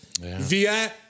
via